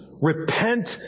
Repent